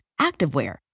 activewear